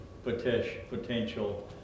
potential